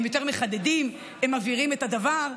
הם מחדדים יותר והם מבהירים את הדבר.